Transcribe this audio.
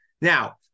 Now